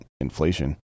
inflation